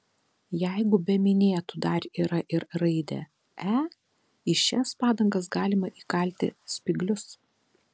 jeigu be minėtų dar yra ir raidė e į šias padangas galima įkalti spyglius